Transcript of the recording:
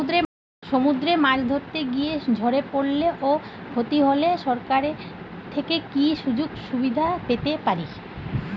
সমুদ্রে মাছ ধরতে গিয়ে ঝড়ে পরলে ও ক্ষতি হলে সরকার থেকে কি সুযোগ সুবিধা পেতে পারি?